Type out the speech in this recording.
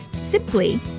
Simply